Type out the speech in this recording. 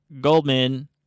Goldman